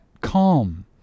calm